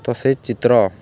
ତ ସେ ଚିତ୍ର